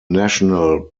national